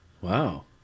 Wow